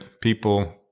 people